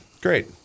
Great